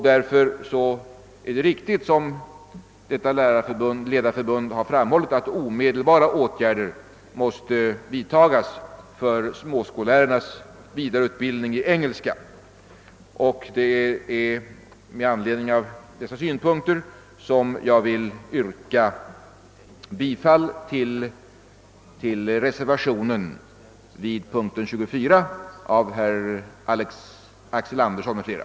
: Därför är det riktigt, såsom Skolledarförbundet har framhållit, att omedelbara åtgärder måste vidtagas för småskollärarnas vidareutbildning i engelska.